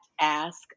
ask